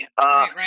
right